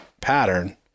pattern